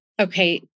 okay